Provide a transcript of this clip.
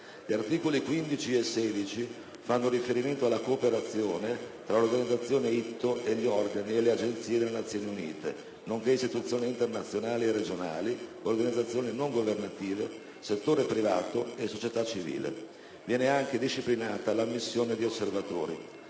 Gli articoli 15 e 16 fanno riferimento alla cooperazione tra l'organizzazione ITTO e gli organi e le agenzie delle Nazioni Unite, nonché istituzioni internazionali e regionali, organizzazioni non governative, settore privato e società civile. Viene anche disciplinata l'ammissione di osservatori.